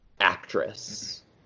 actress